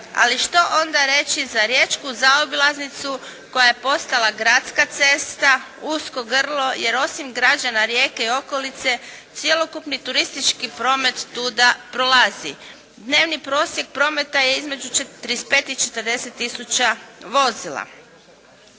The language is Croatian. Ali što onda reći za riječku zaobilaznicu koja je postala gradska cesta, usko grlo jer osim građana Rijeke i okolice cjelokupni turistički promet tuda prolazi? Dnevni prosjek prometa je između 35 i 40 tisuća vozila.